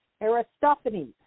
Aristophanes